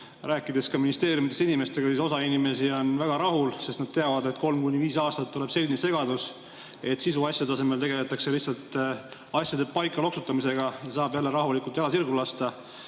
rääkinud ministeeriumides inimestega. Osa inimesi on väga rahul, sest nad teavad, et kolm kuni viis aastat on selline segadus, et sisuasjade asemel tegeletakse lihtsalt asjade paika loksutamisega ja saab jälle rahulikult jala sirgu lasta.